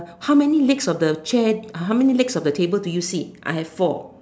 how many legs of the chair how many legs of the table do you see I have four